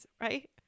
right